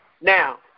Now